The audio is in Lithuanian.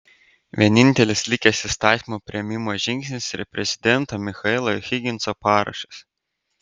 vienintelis likęs įstatymo priėmimo žingsnis yra prezidento michaelo higginso parašas